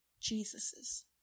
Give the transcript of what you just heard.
Jesus's